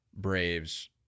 Braves